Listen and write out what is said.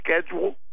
schedule